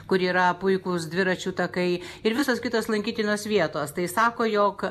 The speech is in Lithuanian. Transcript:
kur yra puikūs dviračių takai ir visos kitos lankytinos vietas tai sako jog